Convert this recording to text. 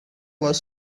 was